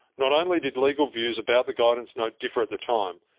not only did legal views about the guidance note differ at the time,